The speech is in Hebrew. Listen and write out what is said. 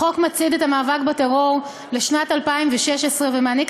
החוק מצעיד את המאבק בטרור לשנת 2016 ומעניק